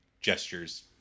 gestures